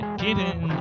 given